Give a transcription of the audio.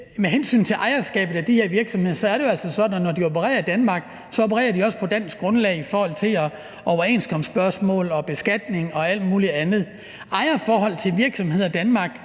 Med hensyn til ejerskabet af de her virksomheder er det jo altså sådan, at når de opererer i Danmark, opererer de også på dansk grundlag i forhold til overenskomstspørgsmål og beskatning og alt muligt andet. Med hensyn til ejerforhold til virksomheder i Danmark